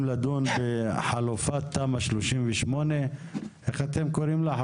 לדון בחלופת תמ"א 38. איך אתם קוראים לה?